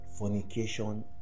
Fornication